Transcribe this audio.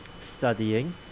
studying